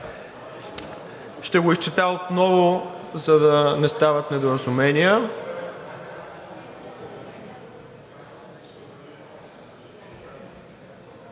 Ще го изчета отново, за да не стават недоразумения.